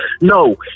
No